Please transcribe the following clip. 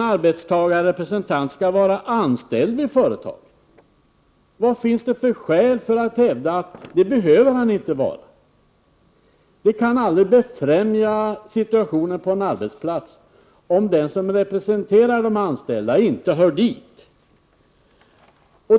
arbetstagarrepresentant skall vara anställd vid företaget? Vad finns det för skäl för att hävda att han inte behöver vara det? Det kan aldrig befrämja situationen på en arbetsplats om den som representerar de anställda inte hör dit.